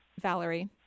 Valerie